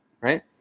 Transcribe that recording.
right